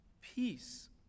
peace